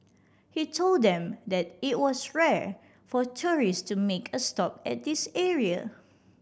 he told them that it was rare for tourist to make a stop at this area